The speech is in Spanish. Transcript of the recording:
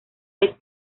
vez